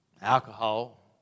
Alcohol